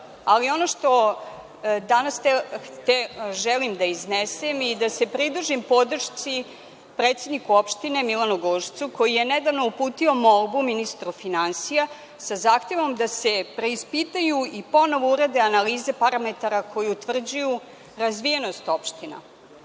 ali ono što danas želim da iznesem i da se pridružim podršci predsedniku opštine Milanu Glušcu, koji je nedavno uputio molbu ministra finansija sa zahtevom da se preispitaju i ponovo urade analize parametara koji utvrđuju razvijenost opštine.